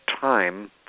time